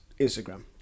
instagram